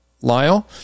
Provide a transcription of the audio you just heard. Lyle